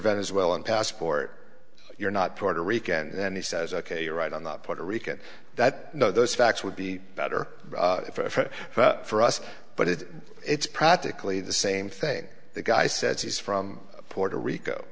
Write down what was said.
venezuelan passport you're not puerto rican and he says ok you're right on the puerto rican that you know those facts would be better for us but it it's practically the same thing the guy says he's from puerto rico